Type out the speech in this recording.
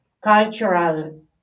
cultural